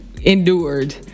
endured